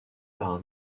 par